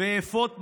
ויפות מראה,